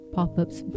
Pop-ups